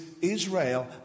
Israel